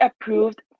approved